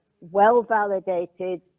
well-validated